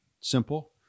simple